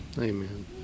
Amen